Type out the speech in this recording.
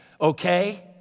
okay